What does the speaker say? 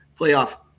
playoff –